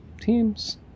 teams